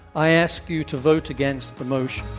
i ask you to vote against the motion.